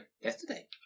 yesterday